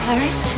Paris